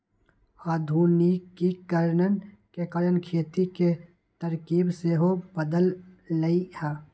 आधुनिकीकरण के कारण खेती के तरकिब सेहो बदललइ ह